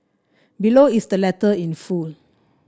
below is the letter in full